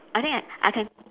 I think I I can